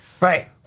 Right